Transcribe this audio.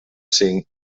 cinc